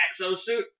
exosuit